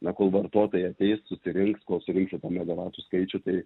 na kol vartotojai ateis susirinks kol surinksi tą megavatų skaičių tai